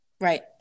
right